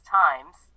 times